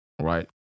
Right